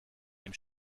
dem